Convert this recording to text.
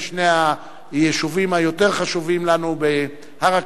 ושני היישובים היותר חשובים לנו בהר הכרמל,